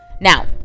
now